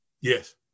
Yes